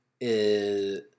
is-